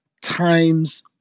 times